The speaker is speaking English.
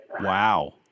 Wow